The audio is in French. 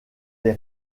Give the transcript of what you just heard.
des